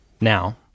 now